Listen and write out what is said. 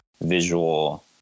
visual